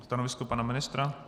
Stanovisko pana ministra?